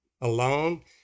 alone